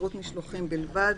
בשירות משלוחים בלבד